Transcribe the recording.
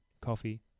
coffee